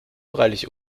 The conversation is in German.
freilich